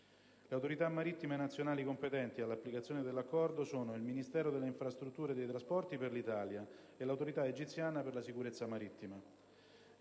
Le autorità marittime nazionali competenti all'applicazione dell'Accordo sono il Ministero delle infrastrutture e dei trasporti per l'Italia, e l'Autorità egiziana per la sicurezza marittima.